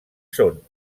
són